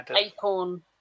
Acorn